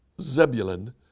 Zebulun